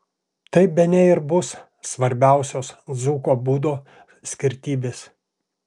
tai bene ir bus svarbiausios dzūko būdo skirtybės